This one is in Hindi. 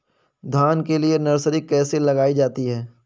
धान के लिए नर्सरी कैसे लगाई जाती है?